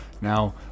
Now